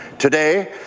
today,